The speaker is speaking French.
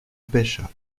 pêcha